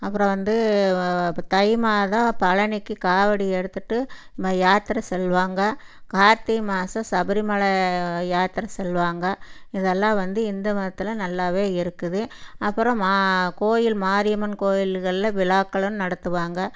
அப்புறம் வந்து இப்போ தை மாதம் பழனிக்கு காவடி எடுத்துகிட்டு இந்மாதிரி யாத்திரை செல்வாங்க கார்த்திகை மாதம் சபரிமலை யாத்திரை செல்வாங்க இதெல்லாம் வந்து இந்து மதத்தில் நல்லாவே இருக்குது அப்புறம் மா கோயில் மாரியம்மன் கோயில்களில் விழாக்களும் நடத்துவாங்க